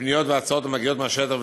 לפניות ולהצעות המגיעות מהשטח,